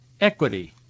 equity